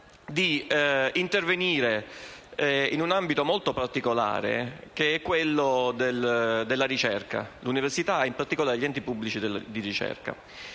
di intervenire nell'ambito molto particolare della ricerca in università e, in particolare, negli enti pubblici di ricerca.